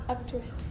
Actress